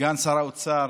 סגן שר האוצר,